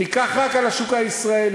תיקח רק על השוק הישראלי.